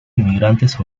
inmigrantes